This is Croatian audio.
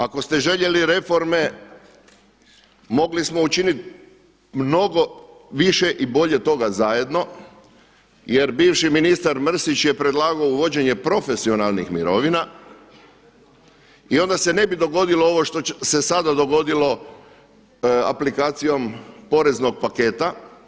Ako ste željeli reforme mogli smo učiniti mnogo više i bolje od toga zajedno jer bivši ministar Mrsić je predlagao uvođenje profesionalnih mirovina i onda se ne bi dogodilo ovo što se sada dogodilo aplikacijom poreznog paketa.